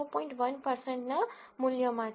1 ના મુલ્યોમાં છે